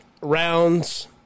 rounds